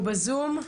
הוא ב־zoom,